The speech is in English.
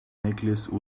necklace